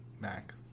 Mac